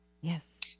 Yes